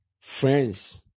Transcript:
friends